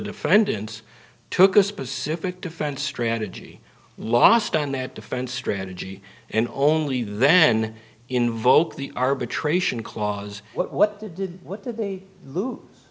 defendants took a specific defense strategy lost on that defense strategy and only then invoked the arbitration clause what did what did they